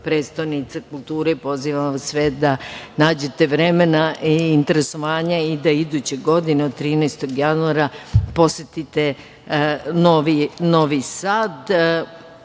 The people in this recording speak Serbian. prestonica kulture i pozivam vas sve da nađete vremena i interesovanja i da iduće godine od 13. januara posetite Novi Sad.